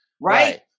Right